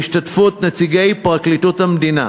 בהשתתפות נציגי פרקליטות המדינה,